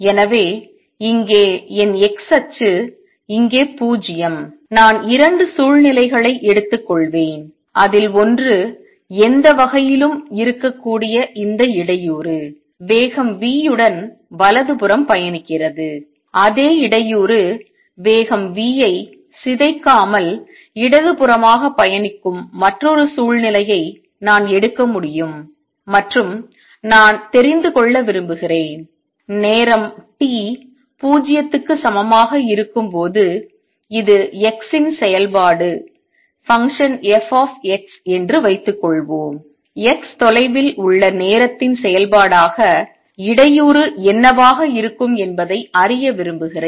எனவே இங்கே என் x அச்சு இங்கே 0 நான் 2 சூழ்நிலைகளை எடுத்துக்கொள்வேன் அதில் ஒன்று எந்த வகையிலும் இருக்கக்கூடிய இந்த இடையூறு வேகம் v உடன் வலதுபுறம் பயணிக்கிறது அதே இடையூறு வேகம் v ஐ சிதைக்காமல் இடதுபுறமாக பயணிக்கும் மற்றொரு சூழ்நிலையை நான் எடுக்க முடியும் மற்றும் நான் தெரிந்து கொள்ள விரும்புகிறேன் நேரம் t 0 க்கு சமமாக இருக்கும்போது இது x இன் செயல்பாடு f என்று வைத்துக்கொள்வோம் x தொலைவில் உள்ள நேரத்தின் செயல்பாடாக இடையூறு என்னவாக இருக்கும் என்பதை அறிய விரும்புகிறேன்